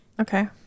Okay